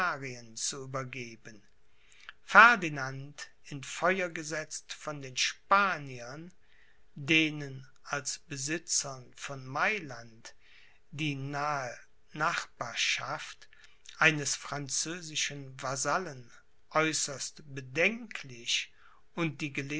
zu übergeben ferdinand in feuer gesetzt von den spaniern denen als besitzern von mailand die nahe nachbarschaft eines französischen vasallen äußerst bedenklich und die